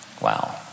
Wow